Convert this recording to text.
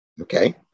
Okay